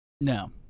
No